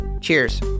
Cheers